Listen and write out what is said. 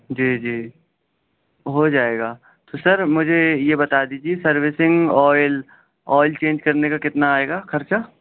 جی جی ہو جائے گا تو سر مجھے یہ بتا دیجیے سروسنگ آئل آئل چینج کرنے کا کتنا آئے گا خرچہ